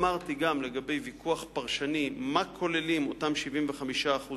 אמרתי גם לגבי ויכוח פרשני, מה כוללים אותם 75%: